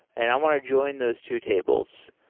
and i want to join those two tables.